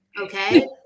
Okay